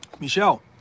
Michelle